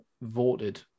voted